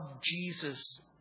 Jesus